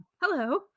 Hello